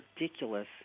ridiculous